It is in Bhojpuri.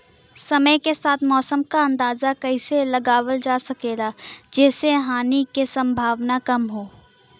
समय के साथ मौसम क अंदाजा कइसे लगावल जा सकेला जेसे हानि के सम्भावना कम हो?